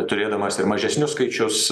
turėdamas ir mažesnius skaičius